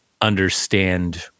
understand